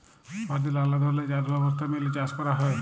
ভারতে লালা ধরলের চাষ ব্যবস্থা মেলে চাষ ক্যরা হ্যয়